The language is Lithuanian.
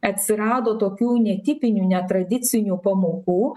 atsirado tokių netipinių netradicinių pamokų